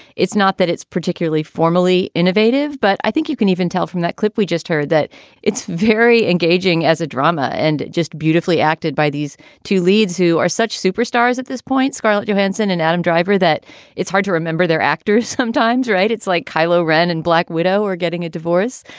it's not that it's particularly formerly innovative, but i think you can even tell from that clip we just heard that it's very engaging as a drama and just beautifully acted by these these two leaders who are such superstars at this point, scarlett johansson and adam driver, that it's hard to remember their actors sometimes, right. it's like kylo ren and black widow or getting a divorce.